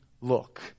look